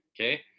Okay